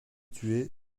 tué